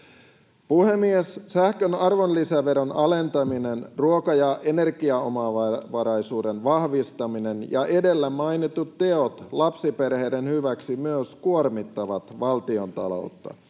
Puhemies! Sähkön arvonlisäveron alentaminen, ruoka- ja energiaomavaraisuuden vahvistaminen ja edellä mainitut teot lapsiperheiden hyväksi myös kuormittavat valtiontaloutta.